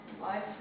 life